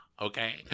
okay